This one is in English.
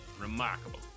Remarkable